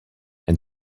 and